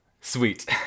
Sweet